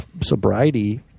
sobriety